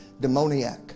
demoniac